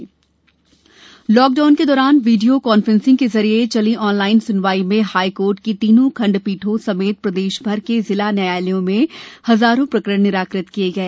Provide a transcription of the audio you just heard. उच्चतम न्यायालय लॉकडाउन के दौरान वीडियो कांफ्रेंसिंग के जरिए चली ऑनलाइन सुनवाई में हाईकोर्ट की तीनों खंडपीठों समेत प्रदेश भर के जिला न्यायलयों में हजारों प्रकरण निराकृत किए गए